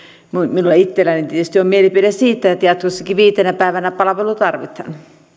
minulla itselläni tietysti on mielipide siitä että jatkossakin viitenä päivänä palvelu tarvitaan